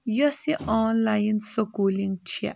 یۄس یہِ online schooling چھےٚ